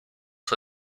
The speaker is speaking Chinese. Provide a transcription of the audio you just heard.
尺寸